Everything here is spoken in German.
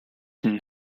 den